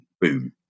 boom